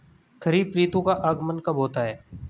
खरीफ ऋतु का आगमन कब होता है?